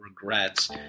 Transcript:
regrets